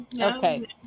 Okay